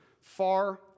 far